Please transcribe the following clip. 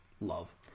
love